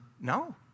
No